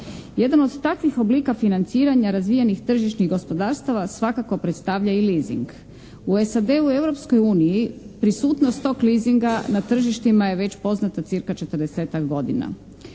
Jedan od takvih oblika financiranja razvijenih tržišnih gospodarstava svakako predstavlja i leasing. U SAD-u u Europskoj uniji prisutnost tog leasinga na tržištima je već poznata cirka četrdesetak godina.